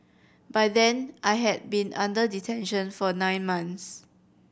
by then I had been under detention for nine months